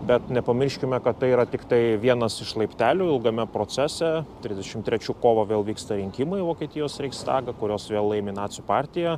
bet nepamirškime kad tai yra tiktai vienas iš laiptelių ilgame procese trisdešimt trečių kovą vėl vyksta rinkimai į vokietijos reichstagą kuriuos vėl laimi nacių partija